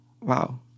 wow